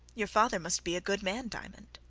your father must be a good man, diamond.